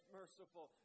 merciful